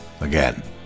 Again